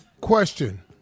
Question